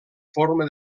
forma